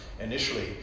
initially